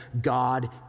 God